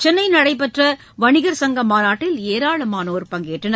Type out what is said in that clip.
சென்னை நடைபெற்ற வணிகர் சங்க மாநாட்டில் ஏராளமானோர் பங்கேற்றனர்